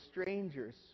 strangers